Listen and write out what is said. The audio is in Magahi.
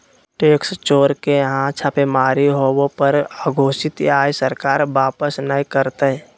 टैक्स चोर के यहां छापेमारी होबो पर अघोषित आय सरकार वापस नय करतय